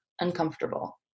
uncomfortable